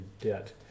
debt